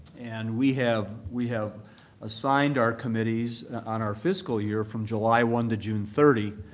and we have we have assigned our committees on our fiscal year from july one to june thirty.